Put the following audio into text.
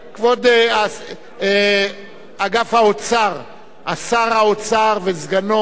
כבוד אגף האוצר, שר האוצר וסגנו,